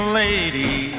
lady